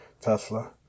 Tesla